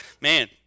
man